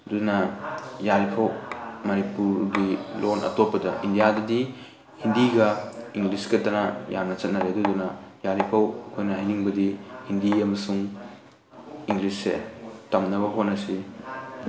ꯑꯗꯨꯅ ꯌꯥꯔꯤ ꯐꯥꯎ ꯃꯅꯤꯄꯨꯔꯒꯤ ꯂꯣꯜ ꯑꯇꯣꯞꯄꯗ ꯏꯟꯗꯤꯌꯥꯒꯤꯗꯤ ꯍꯤꯟꯗꯤꯒ ꯏꯪꯂꯤꯁꯀꯇꯅ ꯌꯥꯝꯅ ꯆꯠꯅꯔꯛꯏ ꯑꯗꯨꯅ ꯌꯥꯔꯤ ꯐꯥꯎ ꯑꯩꯈꯣꯏꯅ ꯍꯥꯏꯅꯤꯡꯕꯗꯤ ꯍꯤꯟꯗꯤ ꯑꯃꯁꯨꯡ ꯏꯪꯂꯤꯁꯁꯦ ꯇꯝꯅꯕ ꯍꯣꯠꯅꯁꯤ